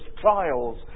trials